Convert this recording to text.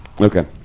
Okay